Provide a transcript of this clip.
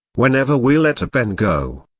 whenever we let a pen go,